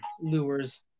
lures